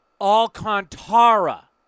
Alcantara